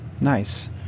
nice